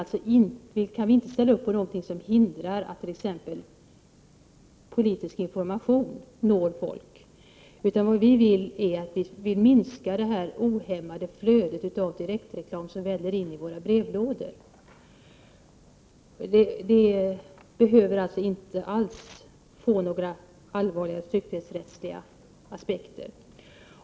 Vi kan inte ställa upp på någonting som hindrar att t.ex. politisk information når folk, utan vad vi vill är att minska det ohämmade flödet av direktreklam som väller in i våra brevlådor. Det behöver inte alls ha några allvarliga tryckfrihetsrättsliga aspekter.